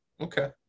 Okay